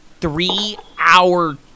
three-hour